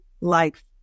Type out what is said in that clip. life